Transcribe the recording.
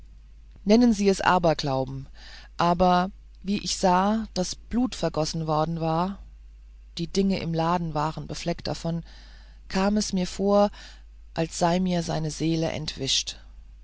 nennen sie es aberglaube aber wie ich sah daß blut vergossen worden war die dinge im laden waren befleckt davon kam es mir vor als sei mir seine seele entwischt